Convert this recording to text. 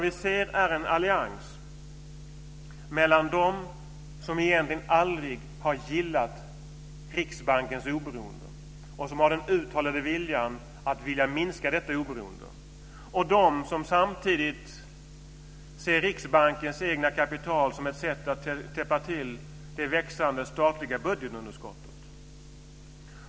Vi ser en allians mellan dem som egentligen aldrig har gillat Riksbankens oberoende och som har den uttalade viljan att minska detta oberoende och dem som samtidigt ser Riksbankens egna kapital som ett sätt att täppa till det växande statliga budgetunderskottet.